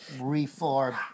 reform